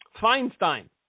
Feinstein